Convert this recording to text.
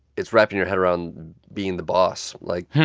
it's wrapping your head around being the boss. like,